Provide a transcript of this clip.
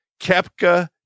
Kepka